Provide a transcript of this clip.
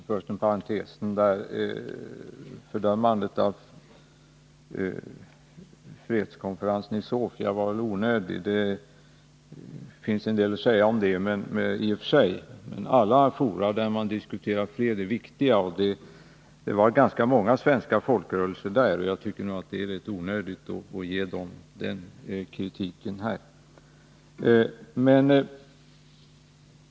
Herr talman! Först en parentes: Fördömandet av fredskonferansen i Sofia var väl onödig. Det finns i och för sig en del att säga om den, men alla fora där man diskuterar fred är viktiga. Det fanns ganska många svenska folkrörelser representerade där, och jag tyckte nog att det är onödigt att här rikta den kritiken mot den.